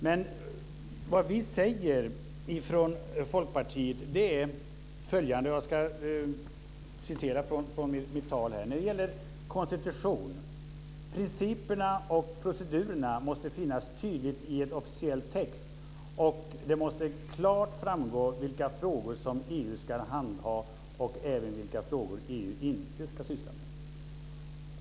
Men vad vi säger från Folkpartiet när det gäller konstitution är följande: Principerna och procedurerna måste finnas tydligt i en officiell text, och det måste klart framgå vilka frågor som EU ska handha och även vilka frågor EU inte ska syssla med.